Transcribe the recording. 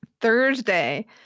Thursday